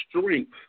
strength